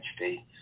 HD